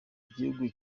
igihugu